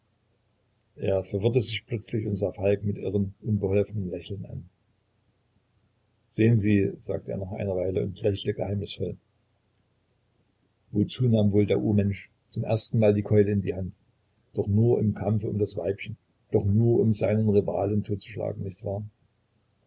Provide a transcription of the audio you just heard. er verwirrte sich plötzlich und sah falk mit irrem unbeholfenem lächeln an sehen sie sagte er nach einer weile und lächelte geheimnisvoll wozu nahm wohl der urmensch zum ersten mal die keule in die hand doch nur im kampfe um das weibchen doch nur um seinen rivalen totzuschlagen nicht wahr